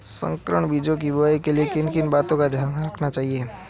संकर बीजों की बुआई के लिए किन किन बातों का ध्यान रखना चाहिए?